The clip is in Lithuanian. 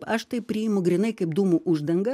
aš tai priimu grynai kaip dūmų uždangą